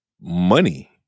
money